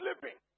sleeping